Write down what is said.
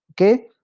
Okay